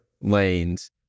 lanes